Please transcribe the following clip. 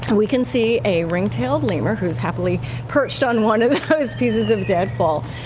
we can see a ring-tailed lemur, who's happily perched on one of those pieces of dead fall.